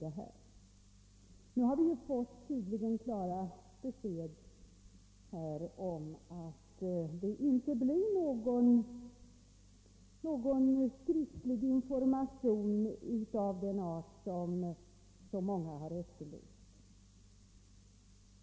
Nu har vi tydligen fått klara besked om att det inte blir någon skriftlig information av den art som många har efterlyst.